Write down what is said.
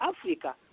Africa